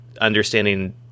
understanding